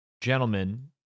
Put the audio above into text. Gentlemen